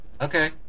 Okay